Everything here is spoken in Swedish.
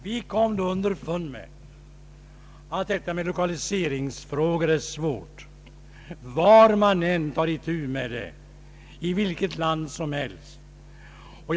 Vi kom nu underfund med att lokaliseringsfrågorna är svåra i vilket land man än tar itu med dem.